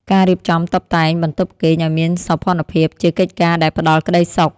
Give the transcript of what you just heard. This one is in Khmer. ការរៀបចំតុបតែងបន្ទប់គេងឱ្យមានសោភ័ណភាព ជាកិច្ចការដែលផ្តល់ក្តីសុខ។